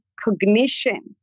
cognition